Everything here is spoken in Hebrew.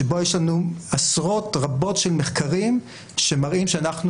שבו יש לנו עשרות רבות של מחקרים שמראים שאנחנו